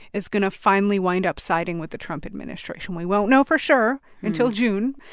is going to finally wind up siding with the trump administration. we won't know for sure until june,